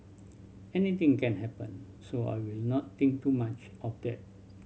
anything can happen so I will not think too much of that